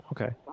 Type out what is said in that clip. okay